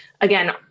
Again